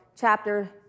chapter